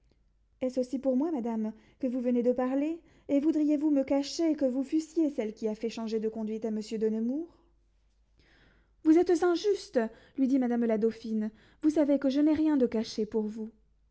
est-ce aussi pour moi madame que vous venez de parler et voudriez-vous me cacher que vous fussiez celle qui a fait changer de conduite à monsieur de nemours vous êtes injuste lui dit madame la dauphine vous savez que je n'ai rien de caché pour vous